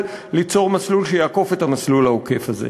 ליצור מסלול שיעקוף את המסלול העוקף הזה,